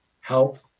health